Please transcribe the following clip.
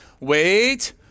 wait